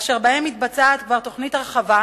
אשר בהם מתבצעת כבר תוכנית הרחבה,